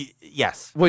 yes